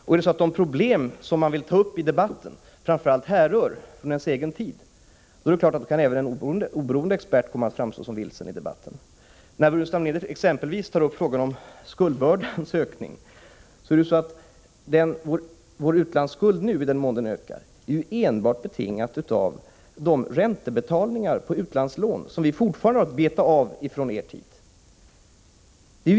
Och är det så att de problem man tar upp i debatten framför allt härrör från ens egen regeringstid, är det klart att även en oberoende expert kan komma att framstå som vilsen. Burenstam Linder tar exempelvis upp frågan om skuldbördans ökning. Det är ju så att i den mån vår utlandsskuld nu ökar är detta enbart betingat av de räntebetalningar på utlandslån som vi fortfarande får beta av från er tid.